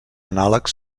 anàleg